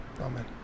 Amen